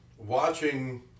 Watching